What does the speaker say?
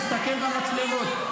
תסתכל במצלמות.